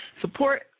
support